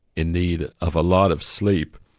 in need of a lot of sleep.